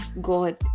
God